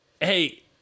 hey